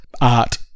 art